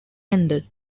ended